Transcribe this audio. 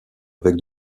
avec